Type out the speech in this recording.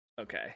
okay